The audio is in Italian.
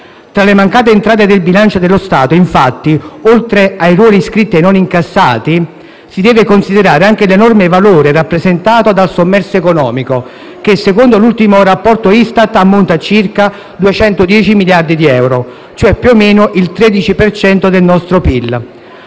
Tra le mancate entrate del bilancio dello Stato, infatti, oltre ai ruoli iscritti e non incassati, si deve considerare anche l'enorme valore rappresentato dal sommerso economico che, secondo l'ultimo rapporto ISTAT, ammonta a circa 210 miliardi di euro, cioè più o meno il 13 per cento del nostro PIL.